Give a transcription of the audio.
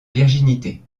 virginité